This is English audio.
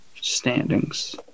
standings